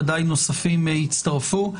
ודאי נוספים יצטרפו.